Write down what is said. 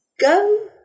Go